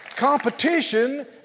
Competition